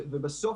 ובסוף,